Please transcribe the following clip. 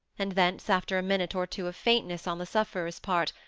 and thence, after a minute or two of faintness on the sufferer's part,